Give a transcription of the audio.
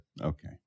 Okay